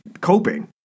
coping